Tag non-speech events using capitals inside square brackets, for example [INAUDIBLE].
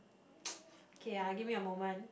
[NOISE] okay ah give me a moment